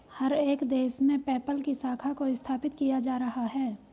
हर एक देश में पेपल की शाखा को स्थापित किया जा रहा है